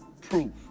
proof